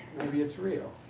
maybe it's real.